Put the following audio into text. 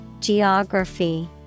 Geography